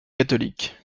catholique